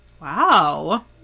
Wow